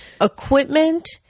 Equipment